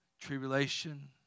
Tribulation